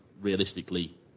Realistically